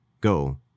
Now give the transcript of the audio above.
Go